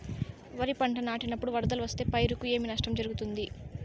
వరిపంట నాటినపుడు వరదలు వస్తే పైరుకు ఏమి నష్టం జరుగుతుంది?